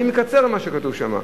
אני מקצר ממה שכתוב שם.